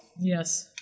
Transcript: yes